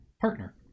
Partner